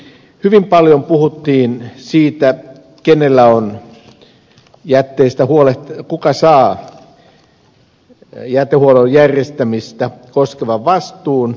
hyvin paljon puhuttiin siitä kenellä on ja töistä puoli kuka saa jätehuollon järjestämistä koskevan vastuun